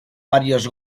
varios